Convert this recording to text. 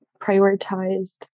prioritized